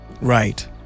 right